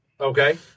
Okay